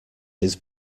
his